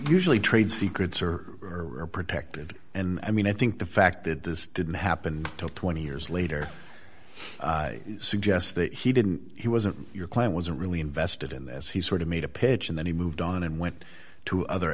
usually trade secrets or are protected and i mean i think the fact that this didn't happen twenty years later suggests that he didn't he wasn't your client was really invested in this he sort of made a pitch and then he moved on and went to other